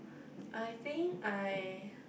I think I